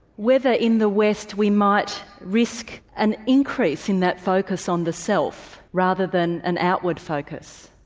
whether in the west we might risk an increase in that focus on the self, rather than an outward focus?